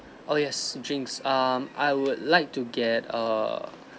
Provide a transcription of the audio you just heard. oh yes drinks um I would like to get err